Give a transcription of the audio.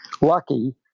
lucky